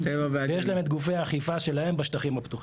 ויש להם את גופי האכיפה שלהם בשטחים הפתוחים,